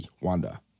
Wanda